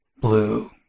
blue